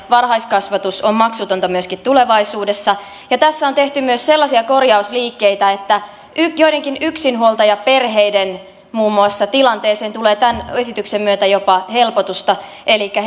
varhaiskasvatus on maksutonta myöskin tulevaisuudessa ja tässä on tehty myös sellaisia korjausliikkeitä että muun muassa joidenkin yksinhuoltajaperheiden tilanteeseen tulee tämän esityksen myötä jopa helpotusta elikkä